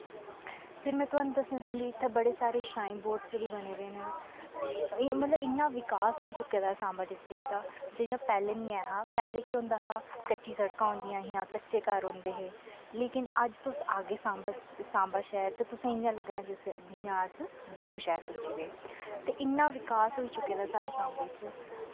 फिर में थोआनू दस्सना चाह्दी इत्थै बड़े सारे शराईन बोर्ड च वी बने दे न मतलव इन्ना विकास होई चुक्के दा सांबा डिस्टिक दा जियां पैह्लें निं ऐ हा पैह्लैं केह् होंदा हा कच्ची सड़कां होंदियां हा कच्चे घर होंदे हे लेकिन अज तुस आह्गे सांबा सांबा शैह्र ते तुसें इ'यां लग्गना जियां अस जम्मू शैह्र पुज्जी दे ते इन्ना विकास होई चुक्के दा साढ़े सांबे च